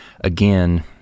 again